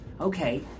Okay